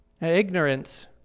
Ignorance